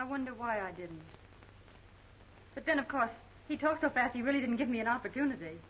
i wonder why i didn't but then of course he talked about you but he didn't give me an opportunity